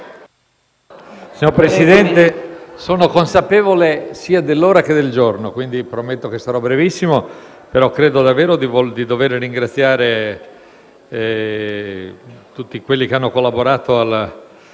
Signora Presidente, sono consapevole sia dell’ora che del giorno quindi prometto che sarò conciso. Credo, però, davvero di dover ringraziare tutti coloro che hanno collaborato al